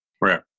Right